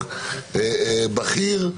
בכיר,